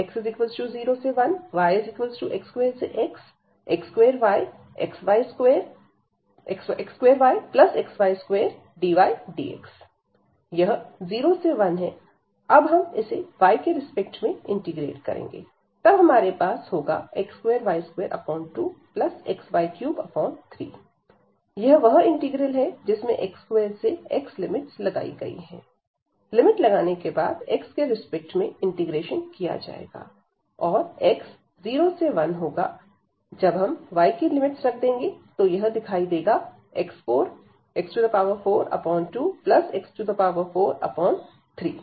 x01yx2xx2yxy2 dydx यह 0 से 1 है अब हम इसे y के रिस्पेक्ट में इंटीग्रेट करेंगे तब हमारे पास होगा x2y22xy33 यह वह इंटीग्रल है जिसमें x2 से x लिमिट्स लगाई गई हैं लिमिट लगाने के बाद x के रिस्पेक्ट में इंटीग्रेशन किया जाएगा और x 0 से 1 होगा जब हम y की लिमिट्स रख देंगे तो यह दिखाई देगा x42x43